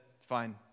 fine